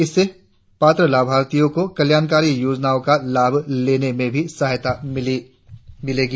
इसे पात्र लाभार्थियों को कल्याणकारी योजनाओं का लाभ लेने में भी सहायता मिलेगी